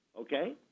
okay